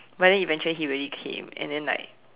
but then eventually he really came and then like